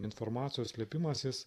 informacijos slėpimasis